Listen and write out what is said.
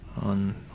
on